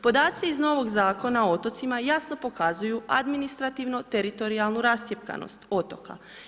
Podaci iz novog Zakona o otocima jasno pokazuju administrativno teritorijalnu rascjepkanost otoka.